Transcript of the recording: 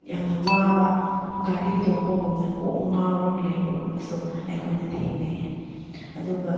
ꯌꯥꯝꯅ ꯋꯥꯕ ꯒꯥꯔꯤ ꯇꯣꯡꯕꯒꯨꯝꯅ ꯀꯣꯛ ꯉꯥꯎꯔꯒ ꯂꯩꯕꯒꯨꯝꯕꯁꯨ ꯑꯩꯈꯣꯏꯅ ꯊꯦꯡꯅꯩ ꯑꯗꯨꯒ